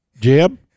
Jeb